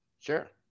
Sure